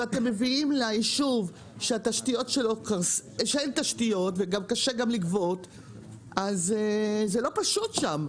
ואתם מביאים לה אישור שיש להם תשתיות וגם קשה לגבות אז זה לא פשוט שם,